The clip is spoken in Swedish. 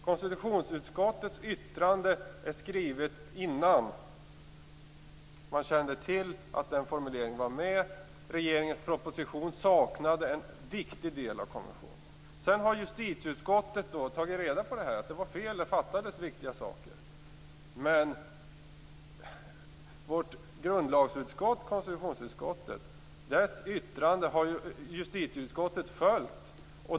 Konstitutionsutskottets yttrande var skrivet innan man kände till att den formuleringen var med. Regeringens proposition saknade en viktig del av konventionen. Sedan har justitieutskottet tagit reda på detta. Det var fel, det fattades viktiga saker. Men vårt grundlagsutskotts, konstitutionsutskottets, yttrande har justitieutskottet följt.